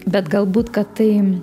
bet galbūt kad tai